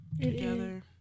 together